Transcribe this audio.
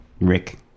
Rick